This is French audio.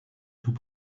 tout